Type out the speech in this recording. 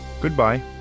goodbye